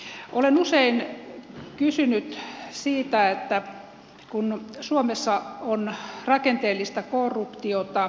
olen usein kysynyt siitä kun suomessa on rakenteellista korruptiota